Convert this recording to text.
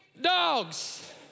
dogs